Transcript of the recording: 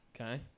Okay